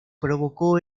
provocó